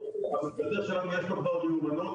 המצנתר שלנו יש לו כבר מיומנות,